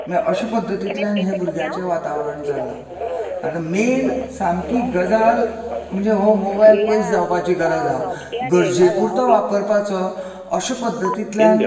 म्हळ्यार अशे पद्दतींतल्यान हें भुरग्यांचें वातावरण चल्लां आनी मेन सामकी गजाल म्हणजे हो मोबायल पयस जावपाची गरज आसा गरजे पुरतो वापरपाचो अशे पद्दतींतल्यान